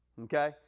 okay